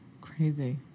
crazy